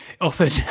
often